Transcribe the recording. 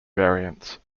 variants